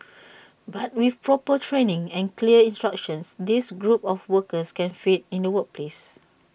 but with proper training and clear instructions this group of workers can fit in the workplace